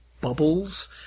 bubbles